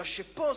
אלא שפה,